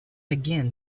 again